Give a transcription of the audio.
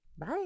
bye